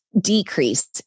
decrease